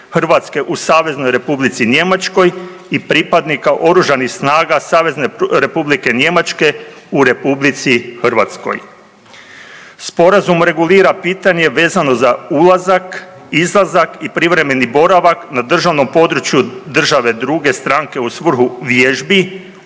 pripadnika OSRH u SR Njemačkoj i pripadnika Oružanih snaga SR Njemačke u RH. Sporazum regulira pitanje vezano za ulazak, izlazak i privremeni boravak na državnom području države druge stranke u svrhu vježbi,